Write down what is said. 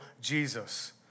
Jesus